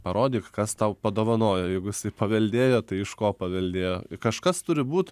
parodyk kas tau padovanojo jeigu jisai paveldėjo tai iš ko paveldėjo kažkas turi būt